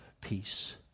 Peace